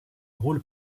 rôle